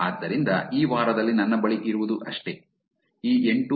ಆದ್ದರಿಂದ ಈ ವಾರದಲ್ಲಿ ನನ್ನ ಬಳಿ ಇರುವುದು ಅಷ್ಟೆ ಈ 8